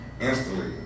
instantly